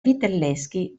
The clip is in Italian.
vitelleschi